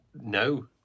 No